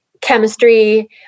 chemistry